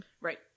right